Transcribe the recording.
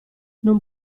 non